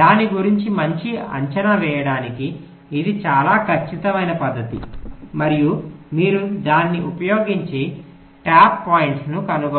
దాని గురించి మంచి అంచనా వేయడానికి ఇది చాలా ఖచ్చితమైన పద్ధతి మరియు మీరు దాన్ని ఉపయోగించి ట్యాప్ పాయింట్లను కనుగొంటారు